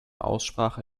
aussprache